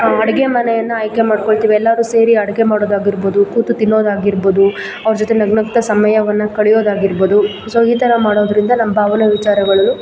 ಅಡುಗೆ ಮನೆಯನ್ನು ಆಯ್ಕೆ ಮಾಡ್ಕೊಳ್ತೀವಿ ಎಲ್ಲರು ಸೇರಿ ಅಡುಗೆ ಮಾಡೋದು ಆಗಿರ್ಬೋದು ಕೂತು ತಿನ್ನೋದು ಆಗಿರ್ಬೋದು ಅವ್ರ ಜೊತೆ ನಗು ನಗ್ತಾ ಸಮಯವನ್ನು ಕಳೆಯೋದ್ ಆಗಿರ್ಬೋದು ಸೊ ಈ ಥರ ಮಾಡೋದರಿಂದ ನಮ್ಮ ಭಾವನೆ ವಿಚಾರಗಳನ್ನು